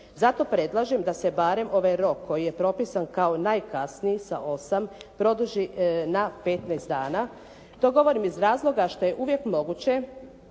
Zato predlažem da se barem ovaj rok koji je propisan kao najkasniji sa 8 produži na 15 dana. To govorim iz razloga što je uvijek moguće